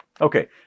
Okay